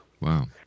Wow